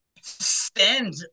spend